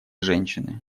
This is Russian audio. женщины